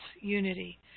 unity